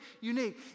unique